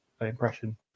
impression